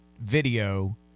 video